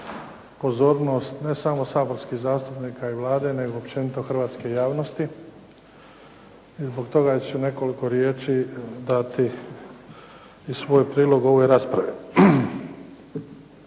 pozornost ne samo saborskih zastupnika i Vlade, nego općenito hrvatske javnosti i zbog toga ću nekoliko riječi dati i svoj prilog ovoj raspravi.